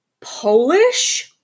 Polish